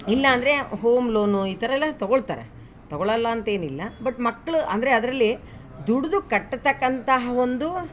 ಇಲ್ಲಾ ಅಂದರೆ home loan ಈ ಥರ ಎಲ್ಲ ತಗೋಳ್ತಾರೆ ತಗೋಳ್ಳಲ್ಲಾ ಅಂತ ಏನಿಲ್ಲಾ ಬಟ್ ಮಕ್ಕಳು ಅಂದರೆ ಅದರಲ್ಲಿ ದುಡ್ದು ಕಟ್ತಕಂತಹ ಒಂದು